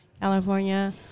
California